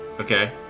Okay